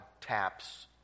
taps